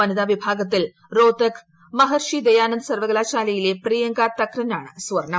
വനിതാ വിഭാഗത്തിൽ റോഹ്ത്തക് മഹർഷി ദയാനന്ദ് സർവകലാശാലയിലെ പ്രിയങ്ക തക്രനാണ് സ്വർണം